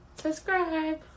Subscribe